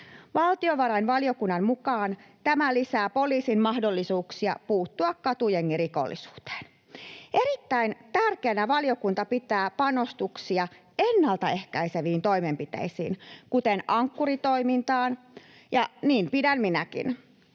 Valtiovarainvaliokunnan mukaan tämä lisää poliisin mahdollisuuksia puuttua katujengirikollisuuteen. Erittäin tärkeänä valiokunta pitää panostuksia ennaltaehkäiseviin toimenpiteisiin, kuten Ankkuri-toimintaan, ja niin pidän minäkin.